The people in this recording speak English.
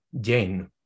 jane